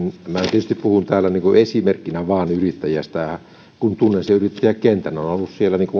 tietysti puhun täällä vain esimerkkinä yrittäjästä kun tunnen sen yrittäjäkentän olen ollut